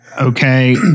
okay